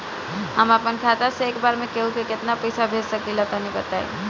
हम आपन खाता से एक बेर मे केंहू के केतना पईसा भेज सकिला तनि बताईं?